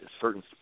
certain